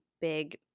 big